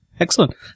Excellent